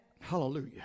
Hallelujah